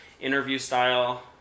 interview-style